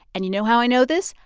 and you know how i know this?